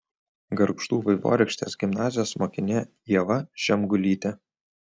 gargždų vaivorykštės gimnazijos mokinė ieva žemgulytė